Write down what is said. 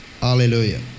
Hallelujah